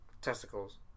testicles